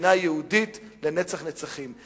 ומדינה יהודית לנצח נצחים.